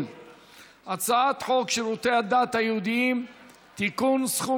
הצעת חוק שירותי הדת היהודיים (תיקון, סכום